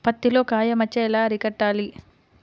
పత్తిలో కాయ మచ్చ ఎలా అరికట్టాలి?